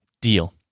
deal